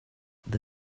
the